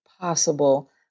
possible